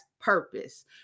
purpose